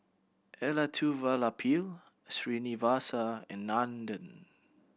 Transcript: Elattuvalapil Srinivasa and Nandan